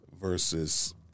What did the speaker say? versus